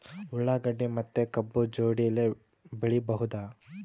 ಉಳ್ಳಾಗಡ್ಡಿ ಮತ್ತೆ ಕಬ್ಬು ಜೋಡಿಲೆ ಬೆಳಿ ಬಹುದಾ?